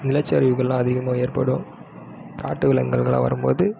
நிலச்சரிவுகள்லாம் அதிகமாக ஏற்படும் காட்டு விலங்குகள்லாம் வரும் போது